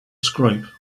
scrape